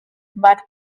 but